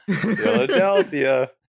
Philadelphia